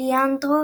ליאנדרו